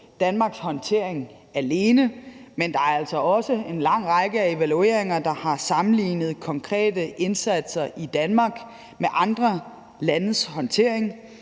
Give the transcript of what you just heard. Danmarks håndtering alene, men der er altså også en lang række af evalueringer, der har sammenlignet konkrete indsatser i Danmark med andre landes håndtering,